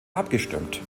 abgestimmt